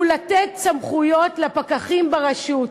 הוא לתת סמכויות לפקחים ברשות.